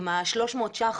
עם ה-300 ₪,